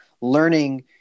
learning